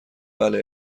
بله